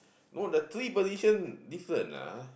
no the three position different ah